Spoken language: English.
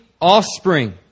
offspring